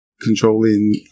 controlling